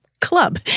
club